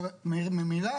ממילא